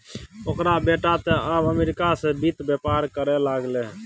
ओकर बेटा तँ आब अमरीका सँ वित्त बेपार करय लागलै